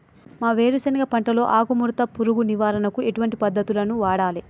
మా వేరుశెనగ పంటలో ఆకుముడత పురుగు నివారణకు ఎటువంటి పద్దతులను వాడాలే?